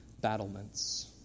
battlements